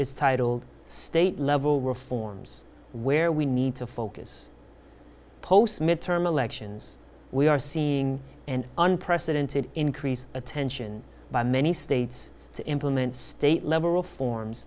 is titled state level reforms where we need to focus post midterm elections we are seeing an unprecedented increase attention by many states to implement state level reforms